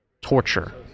torture